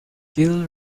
gill